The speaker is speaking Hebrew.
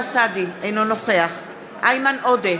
אינו נוכח איימן עודה,